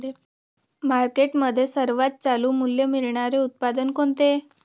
मार्केटमध्ये सर्वात चालू मूल्य मिळणारे उत्पादन कोणते?